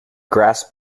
grass